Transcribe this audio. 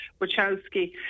Wachowski